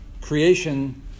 creation